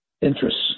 interests